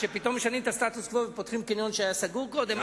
שפתאום משנים את הסטטוס-קוו ופותחים חניון שהיה סגור קודם?